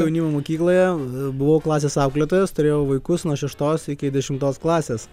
jaunimo mokykloje buvau klasės auklėtojas turėjau vaikus nuo šeštos iki dešimtos klasės